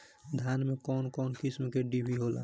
धान में कउन कउन किस्म के डिभी होला?